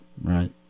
Right